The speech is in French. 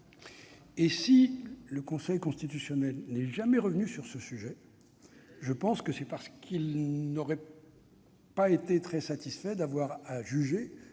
Si le Conseil constitutionnel n'est jamais revenu sur ce sujet, c'est parce qu'il n'aurait pas été satisfait d'avoir à juger